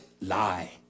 lie